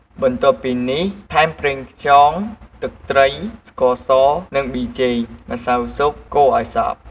បន្ទាប់់ពីនេះ ថែមប្រេងខ្យង ទឹកត្រី ស្ករស និងប៊ីចេង ម្សៅស៊ុប កូរឱ្យសព្វ។